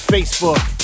Facebook